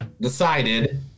decided